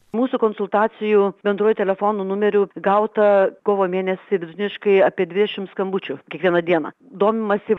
mūsų konsultacijų bendruoju telefonų numerių gauta kovo mėnesį vidutiniškai apie dvidešim skambučių kiekvieną dieną domimasi